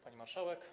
Pani Marszałek!